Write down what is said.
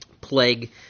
plague